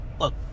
Look